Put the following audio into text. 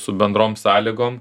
su bendrom sąlygom